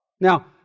Now